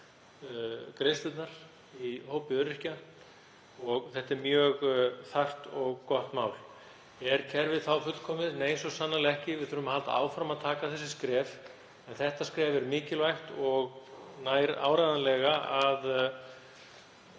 greiðslurnar í hópi öryrkja, og þetta er mjög þarft og gott mál. Er kerfið þá fullkomið? Nei, svo sannarlega ekki. Við þurfum að halda áfram að stíga þessi skref en þetta skref er mikilvægt og nær áreiðanlega að